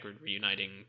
reuniting